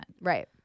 Right